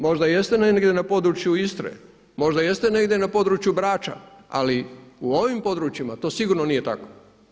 Možda jeste negdje na području Istre, možda jeste negdje na području Brača, ali u ovim područjima to sigurno nije tako.